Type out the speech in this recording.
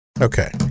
Okay